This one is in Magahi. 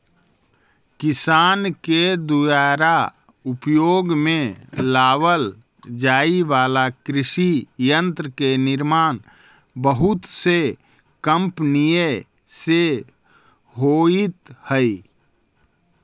किसान के दुयारा उपयोग में लावल जाए वाला कृषि यन्त्र के निर्माण बहुत से कम्पनिय से होइत हई